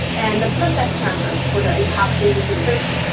and the process chambers for the epoxy infiltration.